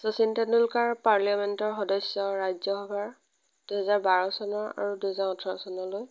শচীন টেণ্ডুলকাৰ পাৰ্লিয়ামেন্টৰ সদস্য ৰাজ্যসভাৰ দুহেজাৰ বাৰ চনৰ আৰু দুহেজাৰ ওঠৰ চনলৈ